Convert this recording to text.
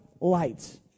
lights